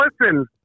listen